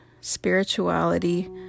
spirituality